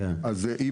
אז,